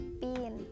bean